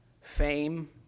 fame